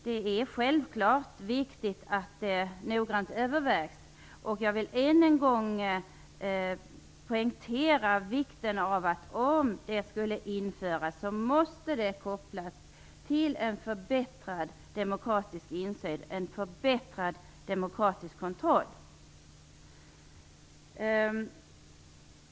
Det är självklart viktigt att det noggrant övervägs, och jag vill än en gång poängtera vikten av att buggningen om den skulle införas kopplas till en förbättrad demokratisk insyn och kontroll.